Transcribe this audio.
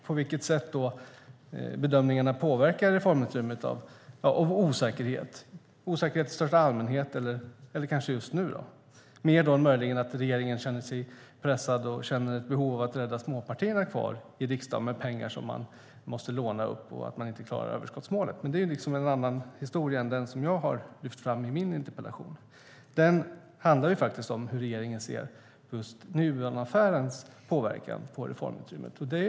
På vilket sätt påverkar bedömningarna reformutrymmet när det gäller osäkerhet i största allmänhet eller just nu, mer än att regeringen möjligen känner sig pressad och känner ett behov av att rädda småpartierna kvar i riksdagen med pengar som man måste låna upp och att man inte klarar överskottsmålet? Men det är en annan historia än den som jag har lyft fram i min interpellation. Den handlar faktiskt om hur regeringen ser på Nuonaffärens påverkan på reformutrymmet.